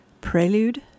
prelude